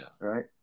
Right